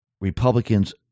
Republicans